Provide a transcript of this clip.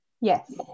Yes